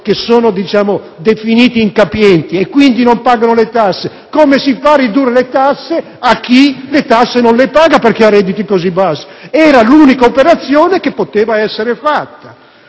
definiti incapienti, di soggetti che quindi non pagano le tasse; come si fa a ridurre le tasse a chi le tasse non le paga, perché ha redditi così bassi? Era l'unica operazione che poteva essere fatta.